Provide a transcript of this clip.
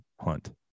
hunt